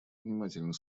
внимательно